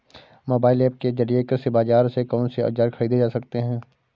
Mobile app के जरिए कृषि बाजार से कौन से औजार ख़रीदे जा सकते हैं?